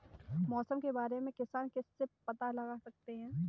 मौसम के बारे में किसान किससे पता लगा सकते हैं?